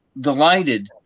delighted